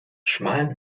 schmalen